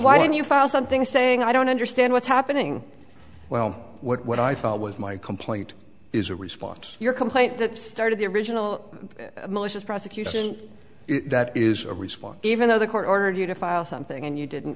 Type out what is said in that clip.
why don't you file something saying i don't understand what's happening well what i thought was my complaint is a response to your complaint that started the original malicious prosecution that is a response even though the court ordered you to file something and you didn't